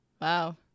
Wow